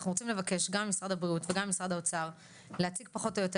אנחנו רוצים לבקש גם ממשרד הבריאות וגם ממשרד האוצר להציג פחות או יותר